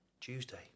Tuesday